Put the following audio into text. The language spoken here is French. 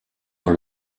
dans